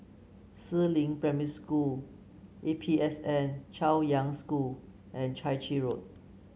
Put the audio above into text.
Si Ling Primary School A P S N Chaoyang School and Chai Chee Road